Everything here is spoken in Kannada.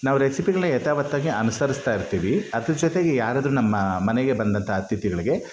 ನಾವು ರೆಸಿಪಿಗಳನ್ನ ಯಥಾವತ್ತಾಗಿ ಅನುಸರಿಸ್ತಾಯಿರ್ತೀವಿ ಅದರ ಜೊತೆಗೆ ಯಾರಾದರೂ ನಮ್ಮ ಮನೆಗೆ ಬಂದಂಥ ಅತಿಥಿಗಳಿಗೆ